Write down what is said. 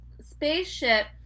spaceship